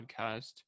podcast